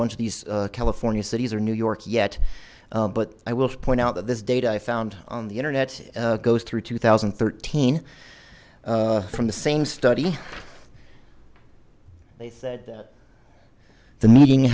bunch of these california cities or new york yet but i will point out that this data i found on the internet goes through two thousand and thirteen from the same study they said the meeting